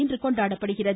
இன்று கொண்டாடப்படுகிறது